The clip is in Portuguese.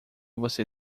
você